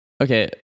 okay